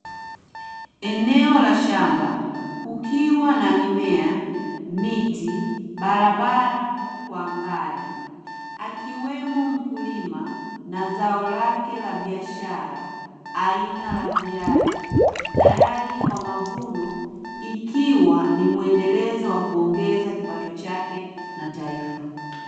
Eneo la shamba kukiwa na mimea, miti, barabara kwa mbali, akiwemo mkulima na zao lake la biashara aina ya viazi tayari kwa mavuno ikiwa ni mwendelezo wa kuongeza kipato chake na taifa.